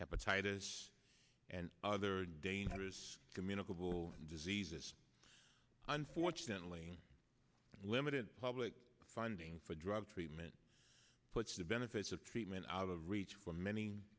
hepatitis and other dangerous communicable diseases unfortunately limited public funding for drug treatment puts the benefits of treatment out of reach for many